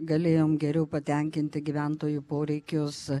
galėjom geriau patenkinti gyventojų poreikius